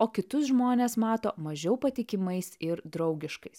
o kitus žmones mato mažiau patikimais ir draugiškais